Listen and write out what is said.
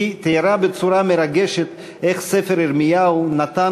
היא תיארה בצורה מרגשת איך ספר ירמיהו נתן